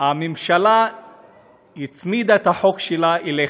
הממשלה הצמידה את החוק שלה אליך,